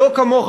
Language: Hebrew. שלא כמוך,